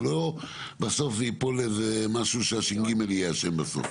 שלא ייפול בסוף איזה משהו שהש"ג יהיה אשם בסוף.